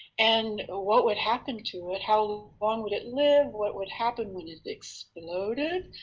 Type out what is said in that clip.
and what would happen to it? how long would it live? what would happen when it exploded?